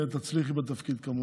תודה רבה.